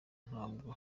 ntabwo